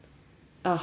orh 好 eh